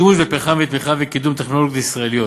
שימוש בפחם ותמיכה וקידום טכנולוגיות ישראליות.